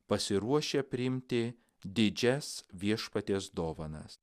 pasiruošę priimti didžias viešpaties dovanas